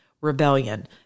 Rebellion